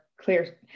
clear